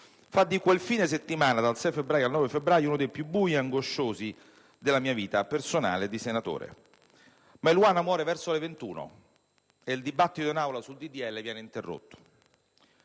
fa di quel fine settimana, dal 6 febbraio al 9 febbraio, uno dei più bui e angosciosi della mia vita personale e di senatore. Eluana muore verso le ore 21 e in Aula il dibattito sul disegno di legge viene interrotto.